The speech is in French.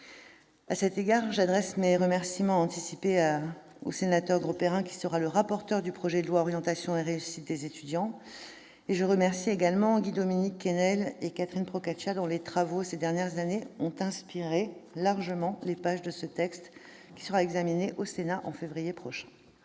À cet égard, j'adresse mes remerciements anticipés à M. Grosperrin, qui sera le rapporteur du projet de loi relatif à l'orientation et à la réussite des étudiants, et je salue Guy-Dominique Kennel et Catherine Procaccia, dont les travaux, ces dernières années, ont inspiré largement les pages de ce texte qui sera examiné par le Sénat en février prochain.